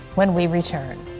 when we return.